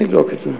אני אבדוק את זה.